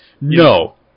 No